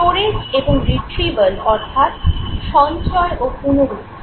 storage এবং retrieval অর্থাৎ সঞ্চয় ও পুনরুদ্ধার